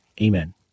Amen